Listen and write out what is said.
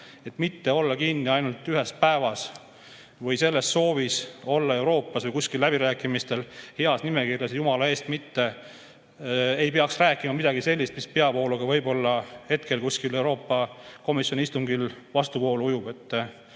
mitte olla kinni ainult ühes päevas või soovis olla Euroopas kuskil läbirääkimistel heas nimekirjas, et jumala eest, mitte ei peaks rääkima midagi sellist, mis hetke peavooluga kusagil Euroopa Komisjoni istungil vastuvoolu ujub.